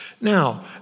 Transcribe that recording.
Now